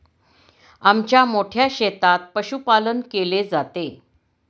आमच्या मोठ्या शेतात पशुपालन केले जाते